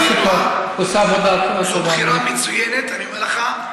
בחירה מצוינת, אני אומר לך.